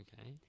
Okay